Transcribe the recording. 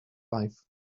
life